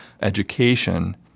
education